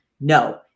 No